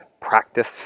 practice